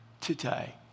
today